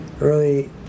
early